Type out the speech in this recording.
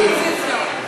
אני, באופוזיציה.